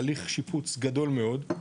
הליך שיפוץ גדול מאוד,